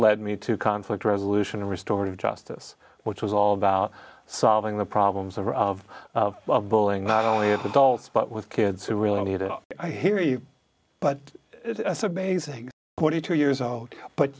led me to conflict resolution and restore of justice which was all about solving the problems of of bulling not only adults but with kids who really need it i hear you but it's amazing twenty two years ago but